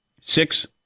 Six